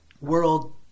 world